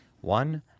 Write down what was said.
One